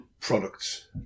products